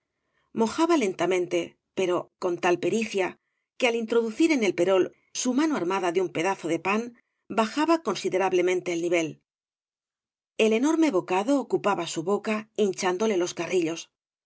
mojaba len tamente pero con tal pericia que al introducir en el perol su mano armada de un pedazo de pan bajaba considerablemente el nivel el enorme bocado ocupaba su boca hinchándole los carrillos